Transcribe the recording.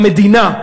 המדינה,